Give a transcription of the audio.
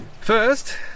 First